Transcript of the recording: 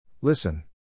Listen